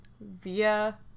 via